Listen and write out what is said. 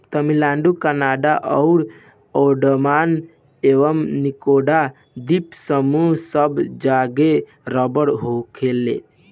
तमिलनाडु कर्नाटक आ अंडमान एवं निकोबार द्वीप समूह सब जगे रबड़ उगेला